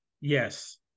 Yes